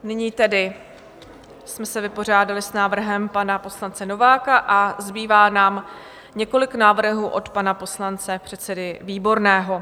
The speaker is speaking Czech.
Nyní tedy jsme se vypořádali s návrhem pana poslance Nováka a zbývá nám několik návrhů od pana poslance, předsedy Výborného.